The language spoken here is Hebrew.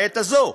לעת הזאת,